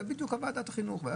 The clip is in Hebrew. זה בדיוק ועדת החינוך.